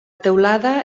teulada